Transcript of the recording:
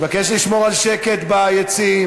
אני מבקש לשמור על שקט ביציעים.